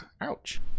Ouch